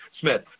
Smith